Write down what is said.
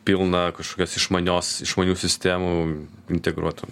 pilna kažkas išmanios išmanių sistemų integruotų